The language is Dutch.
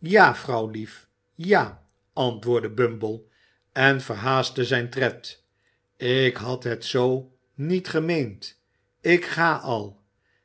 ja vrouwlief ja antwoordde bumble en verhaastte zijn tred ik had het zoo niet gemeend ik ga al